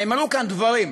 נאמרו כאן דברים,